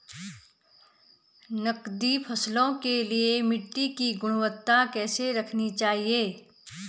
नकदी फसलों के लिए मिट्टी की गुणवत्ता कैसी रखनी चाहिए?